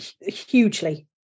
hugely